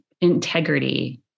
integrity